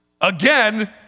again